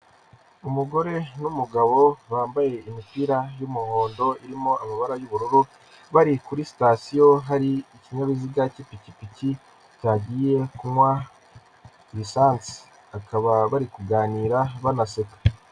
Umugore n'umugabo bambaye imipira y'umuhondo irimo amabara y'ubururu bari kuri sitasiyo hari ikinyabiziga cy'ipikipiki cyagiye kunywa lisansi bakaba bari kuganira banaseka.